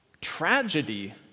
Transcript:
tragedy